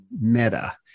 Meta